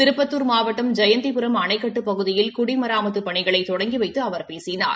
திருப்பத்துா் மாவட்டம் ஜெயந்திபுரம் அணைக்கட்டுப் பகுதியில் குடிமராமத்துப் பணிகளை தொடங்கி வைத்து அவர் பேசினார்